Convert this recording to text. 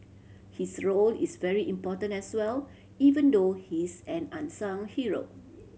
his role is very important as well even though he is an unsung hero